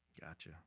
gotcha